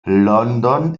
london